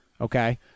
Okay